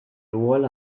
rwol